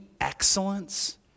excellence